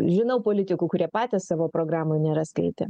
žinau politikų kurie patys savo programų nėra skaitę